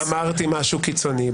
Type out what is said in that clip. אני לא אמרתי משהו קיצוני.